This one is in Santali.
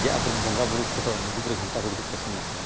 ᱡᱮ ᱟᱵᱚᱨᱮᱱ ᱵᱚᱸᱜᱟᱼᱵᱩᱨᱩ ᱠᱚᱫᱚ ᱞᱩᱜᱩᱼᱵᱩᱨᱩ ᱜᱷᱟᱱᱴᱟ ᱵᱟᱲᱮ ᱛᱮᱠᱚ ᱥᱮᱱ ᱟᱠᱟᱱᱟ